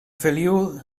feliu